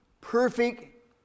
perfect